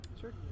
Sure